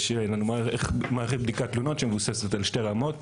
יש מערכת בדיקת תלונות שמבוססת על שתי רמות